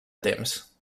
temps